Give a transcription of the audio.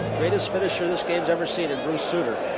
greatest finisher this game's ever seen in bruce sutter.